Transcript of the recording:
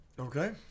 Okay